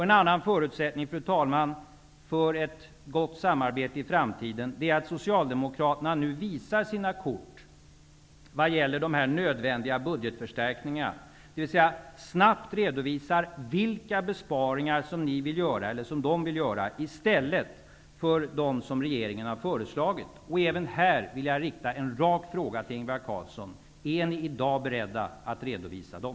En annan förutsättning, fru talman, för ett gott samarbete i framtiden är att Socialdemokraterna nu visar sina kort vad gäller de nödvändiga budgetförstärkningarna, dvs. snabbt redovisar vilka besparingar som de vill göra i stället för dem som regeringen har föreslagit. Även i detta sammanhang vill jag rikta en rak fråga till Ingvar Carlsson: Är ni beredda att redovisa dem?